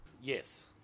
yes